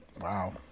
Wow